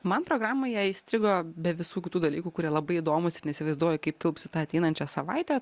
man programoje įstrigo be visų kitų dalykų kurie labai įdomūs ir neįsivaizduoju kaip tilps į tą ateinančią savaitę